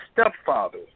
Stepfather